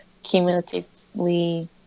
cumulatively